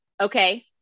Okay